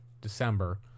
December